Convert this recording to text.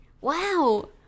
Wow